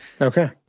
Okay